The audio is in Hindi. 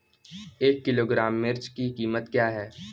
एक किलोग्राम मिर्च की कीमत क्या है?